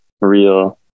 real